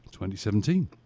2017